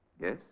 Yes